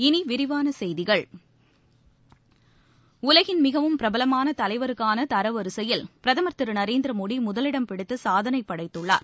இனி விரிவான செய்திகள் உலகின் மிகவும் பிரபலமான தலைவருக்கான தரவரிசையில் பிரதமர் திரு நரேந்திர மோடி முதலிடம் பிடித்து சாதனைப் படைத்துள்ளார்